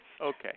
Okay